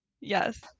yes